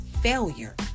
failure